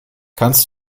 kannst